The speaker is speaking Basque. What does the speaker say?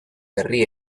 berri